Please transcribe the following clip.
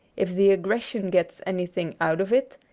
if the aggression gets anything out of it,